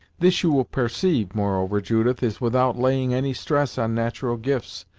this you will pairceive, moreover, judith, is without laying any stress on nat'ral gifts,